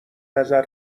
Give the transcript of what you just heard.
نظر